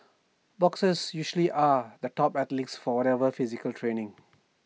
boxers usually are the top athletes for whatever physical training